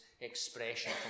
expression